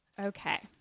Okay